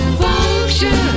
function